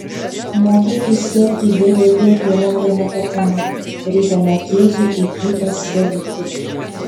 mokėti iškepti bvp pyragą nepakanka reikia mokėti ir jį pasidalyti